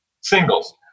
singles